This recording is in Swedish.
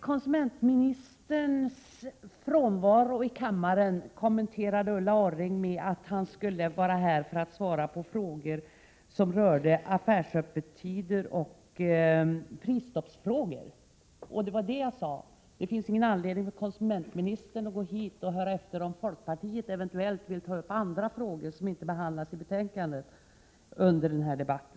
Konsumentministerns frånvaro i kammaren kommenterade Ulla Orring med att han borde vara här för att svara på frågor som rörde affärsöppettider och prisstopp. Det var om det jag sade att det inte finns någon anledning för konsumentministern att komma hit och höra efter om folkpartiet under den här debatten eventuellt vill ta upp andra frågor än dem som behandlas i betänkandet.